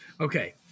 okay